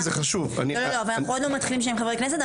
אנחנו עוד לא מתחילים עם חברי הכנסת.